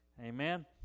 Amen